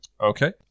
Okay